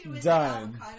Done